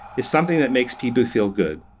is something that makes people feel good.